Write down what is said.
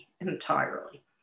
entirely